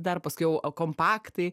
dar paskiau kompaktai